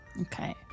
Okay